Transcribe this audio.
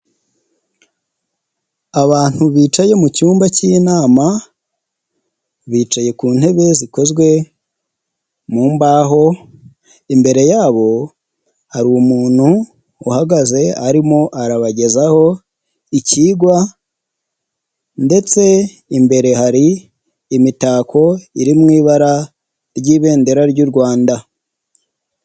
Abantu bicaye mu cyumba cy'inama, bicaye ku ntebe zikozwe mu mbaho, imbere yabo hari umuntu uhagaze arimo arabagezaho ikigwa ndetse imbere hari imitako iri mu ibara ry'ibendera ry'u Rwanda.